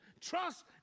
trust